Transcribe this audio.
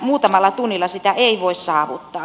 muutamalla tunnilla sitä ei voi saavuttaa